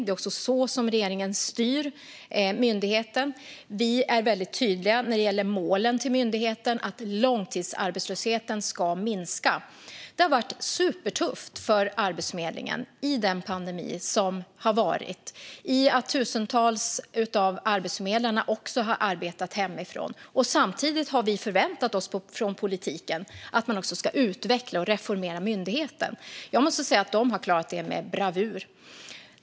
Det är också så regeringen styr myndigheten. Vi är väldigt tydliga när det gäller målen för myndigheten - långtidsarbetslösheten ska minska. Det har varit supertufft för Arbetsförmedlingen under den pandemi som har varit. Tusentals av arbetsförmedlarna har arbetat hemifrån. Samtidigt har vi från politiken förväntat oss att de ska utveckla och reformera myndigheten. Jag måste säga att de har klarat detta med bravur.